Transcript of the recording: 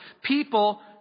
people